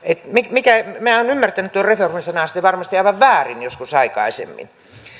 minä olen ymmärtänyt tuon reformi sanan sitten varmasti aivan väärin joskus aikaisemmin